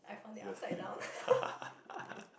just flip